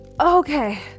Okay